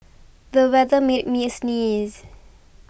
the weather made me sneeze